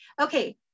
okay